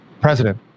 President